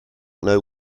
know